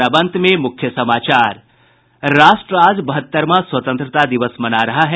और अब अंत में मुख्य समाचार राष्ट्र आज बहत्तरवां स्वतंत्रता दिवस मना रहा है